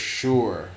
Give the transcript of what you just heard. sure